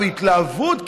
בהתלהבות,